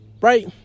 Right